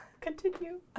Continue